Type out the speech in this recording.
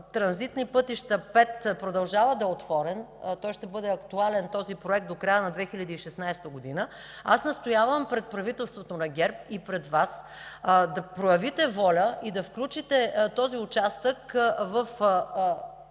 „Транзитни пътища 5” продължава да е отворен – този проект ще бъде актуален до края на 2016 г., аз настоявам пред правителството на ГЕРБ и пред Вас да проявите воля и да включите този участък в